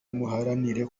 muharanire